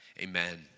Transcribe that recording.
Amen